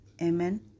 Amen